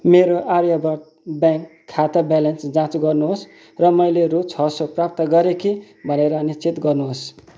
मेरो आर्यव्रत ब्याङ्क खाता ब्यालेन्स जाँच गर्नुहोस् र मैले रु छ सौ प्राप्त गरेँ कि भनेर निश्चित गर्नुहोस्